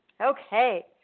Okay